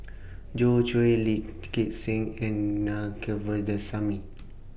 Joi Chua Lee Gek Seng and Naa Govindasamy